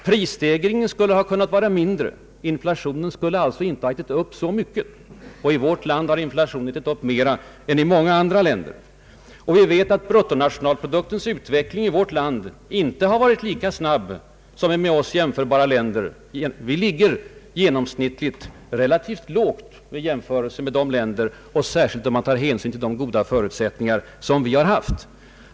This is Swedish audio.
Prisstegringen skulle ha kunnat vara mindre. Inflationen skulle alltså inte ha ätit upp så mycket; och i vårt land har inflationen ätit upp mera än i många andra länder. Vi vet att bruttonationalproduktens utveckling i vårt land inte har varit lika snabb som i med vårt land jämförbara länder. Vi ligger genomsnittligt relativt lågt i jämförelse med andra länder, särskilt om man tar hänsyn till de goda förutsättningar som vi har haft.